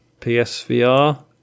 PSVR